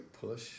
push